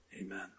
Amen